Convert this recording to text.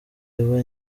yaba